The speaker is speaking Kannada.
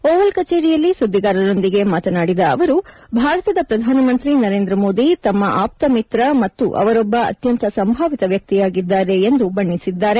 ಒವಲ್ ಕಚೇರಿಯಲ್ಲಿ ಸುದ್ದಿಗಾರರೊಂದಿಗೆ ಮಾತನಾಡಿದ ಅವರು ಭಾರತದ ಪ್ರಧಾನಮಂತ್ರಿ ನರೇಂದ್ರ ಮೋದಿ ತಮ್ಮ ಆಪ್ತ ಮಿತ್ರ ಮತ್ತು ಅವರೊಬ್ಬ ಅತ್ಯಂತ ಸಂಭಾವಿತ ವ್ಚಕ್ತಿಯಾಗಿದ್ದಾರೆ ಎಂದು ಬಣ್ಣಿಸಿದ್ದಾರೆ